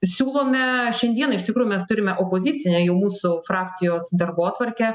siūlome šiandieną iš tikrųjų mes turime opozicinę jau mūsų frakcijos darbotvarkę